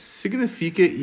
significa